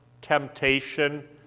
temptation